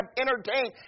entertained